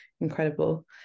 incredible